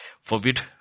Forbid